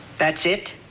that's it?